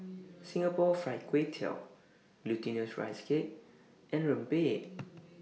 Singapore Fried Kway Tiao Glutinous Rice Cake and Rempeyek